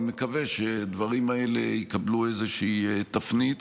אני מקווה שהדברים האלה יקבלו איזושהי תפנית